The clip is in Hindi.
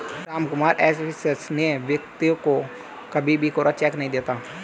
रामकुमार अविश्वसनीय व्यक्ति को कभी भी कोरा चेक नहीं देता